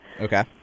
Okay